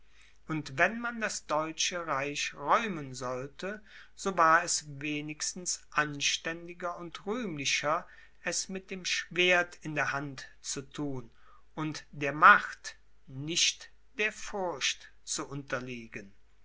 und wenn man das deutsche reich räumen sollte so war es wenigstens anständiger und rühmlicher es mit dem schwert in der hand zu thun und der macht nicht der furcht zu unterliegen